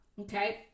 okay